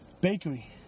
Bakery